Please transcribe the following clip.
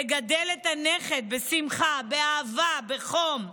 לגדל את הנכד בשמחה, באהבה, בחום,